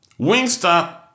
Wingstop